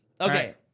okay